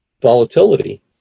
volatility